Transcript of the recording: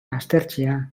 aztertzea